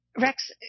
Rex